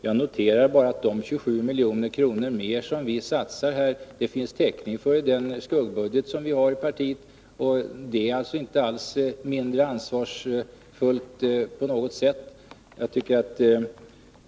Jag noterar bara att det i den skuggbudget som vi har gjort upp i partiet finns täckning för de 27 miljoner som vi vill satsa. Vårt alternativ är alltså inte alls på något sätt mindre ansvarsfullt.